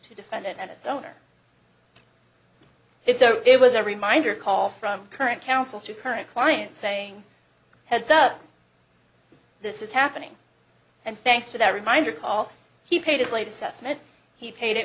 to defend it and its owner if so it was a reminder call from current counsel to current client saying heads up this is happening and thanks to that reminder call he paid